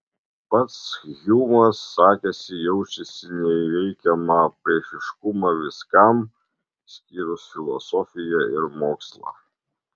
pats hjumas sakėsi jaučiasi neįveikiamą priešiškumą viskam išskyrus filosofiją ir mokslą